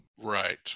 Right